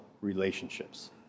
relationships